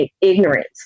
ignorance